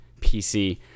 PC